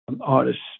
Artists